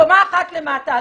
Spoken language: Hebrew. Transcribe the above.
קומה אחת למטה,